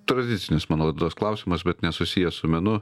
tradicinis mano laidos klausimas bet nesusijęs su menu